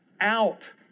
out